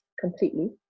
completely